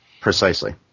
precisely